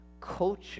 culture